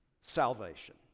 salvation